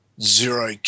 zero